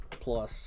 plus